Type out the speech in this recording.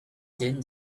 din